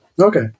Okay